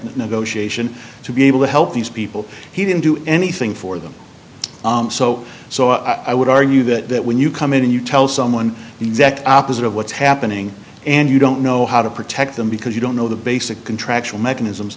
negotiation to be able to help these people he didn't do anything for them so so i would argue that when you come in and you tell someone the exact opposite of what's happening and you don't know how to protect them because you don't know the basic contractual mechanisms